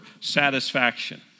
satisfaction